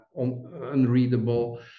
unreadable